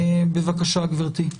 בבקשה, גברתי.